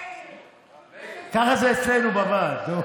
ככה זה אצלנו בוועד.